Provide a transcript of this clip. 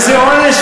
זה משמרת הלילה.